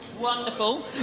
wonderful